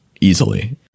easily